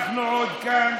אנחנו עוד כאן,